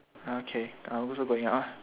okay I also going out